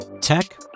Tech